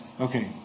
Okay